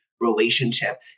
relationship